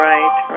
Right